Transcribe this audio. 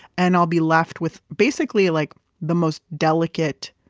and i'll be left with basically like the most delicate,